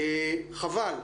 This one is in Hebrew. חבל.